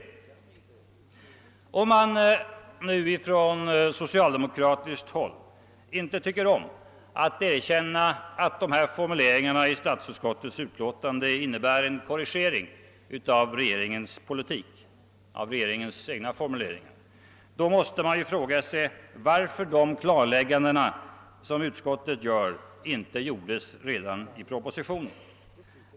Om man nu på socialdemokratiskt håll inte tycker om att erkänna att dessa formuleringar i statsutskottets utlåtande i fråga innebär en korrigering av regeringens politik och av regeringens egen skrivning, då måste man fråga sig varför de klarlägganden som utskottet gör inte gjordes i propositionen.